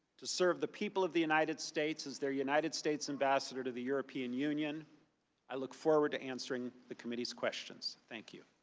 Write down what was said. to serve the people of the united states as the united states ambassador to the european union i look forward to answering the committee's questions, thank you.